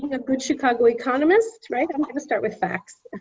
a good chicago economist, right? i'm going to start with facts.